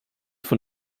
von